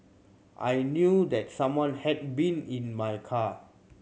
I knew that someone had been in my car